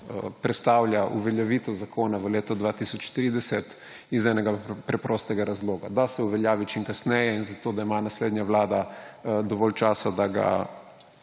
prestavlja uveljavitev zakona v leto 2030 iz enega preprostega razloga – da se uveljavi čim kasneje, zato da ima naslednja vlada dovolj časa, da ga